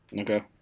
Okay